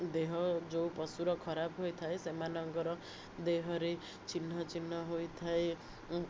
ଦେହ ଯେଉଁ ପଶୁର ଖରାପ ହୋଇଥାଏ ସେମାନଙ୍କର ଦେହରେ ଚିହ୍ନ ଚିହ୍ନ ହୋଇଥାଏ